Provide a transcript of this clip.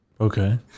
Okay